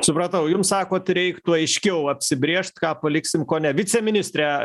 supratau jums sakot reiktų aiškiau apsibrėžt ką paliksim ko ne viceministre